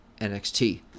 NXT